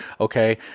okay